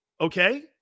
okay